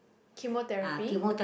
chemotherapy